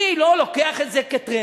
מי לא לוקח את זה כטרנד?